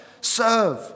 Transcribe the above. serve